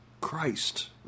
Christ